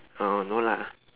oh no lah